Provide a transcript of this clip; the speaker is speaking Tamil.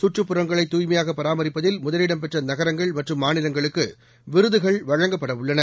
சுற்றுப்புறங்களை தூய்மையாக பராமரிப்பதில் முதலிடம் பெற்ற நகரங்கள் மற்றும் மாநிலங்களுக்கு விருதுகள் வழங்கப்படவுள்ளன